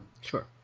Sure